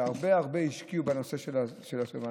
והרבה הרבה השקיעו בנושא של הסטיגמה.